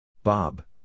Bob